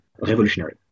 revolutionary